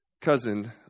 cousin